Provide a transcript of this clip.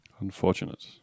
Unfortunate